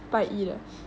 拜一的